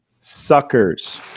Suckers